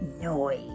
noise